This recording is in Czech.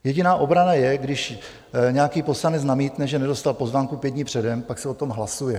Jediná obrana je, když nějaký poslanec namítne, že nedostal pozvánku pět dní předem, pak se o tom hlasuje.